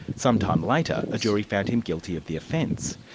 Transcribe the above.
sometime later, a jury found him guilty of the offence.